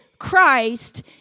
Christ